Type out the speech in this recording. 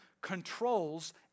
controls